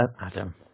Adam